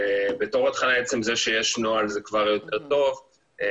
בתור התחלה עצם זה שיש נוהל זה כבר יותר טוב מסיטואציה